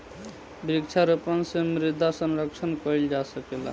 वृक्षारोपण से मृदा संरक्षण कईल जा सकेला